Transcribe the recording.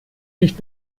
nicht